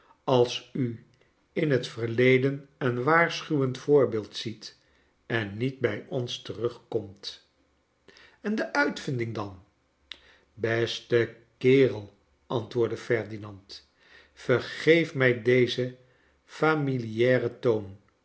als u in het verleden een waarschuwend voorbeeld ziet en niet bij ons terugkomt en de uitvinding dan beste kerel antwoordde ferdinand vergeef mij dezen familiaren toon